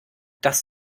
das